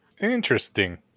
interesting